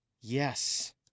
Yes